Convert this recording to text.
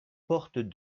portes